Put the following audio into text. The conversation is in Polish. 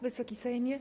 Wysoki Sejmie!